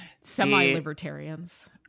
semi-libertarians